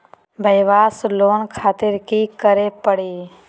वयवसाय लोन खातिर की करे परी?